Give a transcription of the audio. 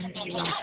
ल